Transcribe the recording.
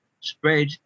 spread